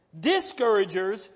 Discouragers